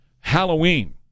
Halloween